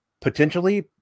potentially